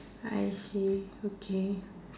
I see okay